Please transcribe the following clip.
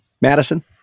Madison